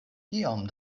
kiom